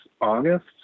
august